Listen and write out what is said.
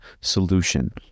solution